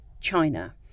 China